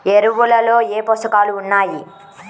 ఎరువులలో ఏ పోషకాలు ఉన్నాయి?